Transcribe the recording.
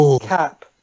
cap